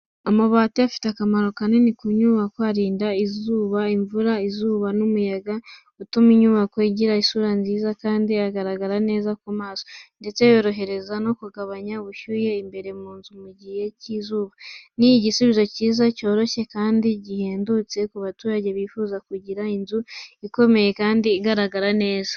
Amabati afite akamaro kanini ku nyubako kuko arinda inzu imvura, izuba n’umuyaga. Atuma inyubako igira isura nziza kandi igaragara neza ku maso, ndetse yorohereza no kugabanya ubushyuhe imbere mu nzu mu gihe cy’izuba. Ni igisubizo cyihuse, cyoroshye kandi gihendutse ku baturage bifuza kugira inzu ikomeye kandi igaragara neza.